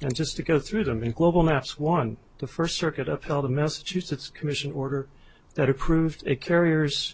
and just to go through them in global maps one the first circuit upheld the message use its commission order that approved it carrier